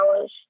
hours